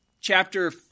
chapter